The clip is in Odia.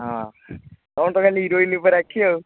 ହଁ ତୁମର ତ ଖାଲି ହିରୋଇନ୍ ଉପରେ ଆଖି